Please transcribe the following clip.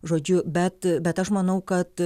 žodžiu bet bet aš manau kad